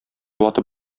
ватып